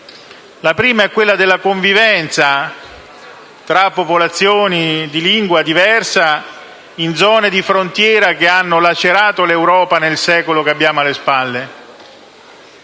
La prima è quella della convivenza tra popolazioni di lingua diversa, in zone di frontiera che hanno lacerato l'Europa nel secolo che abbiamo alle spalle.